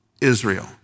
Israel